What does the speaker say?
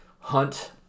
hunt